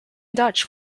dutch